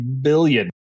billion